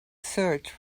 search